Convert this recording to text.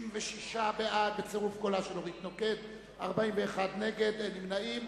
43 בעד, נגד 63, אין נמנעים.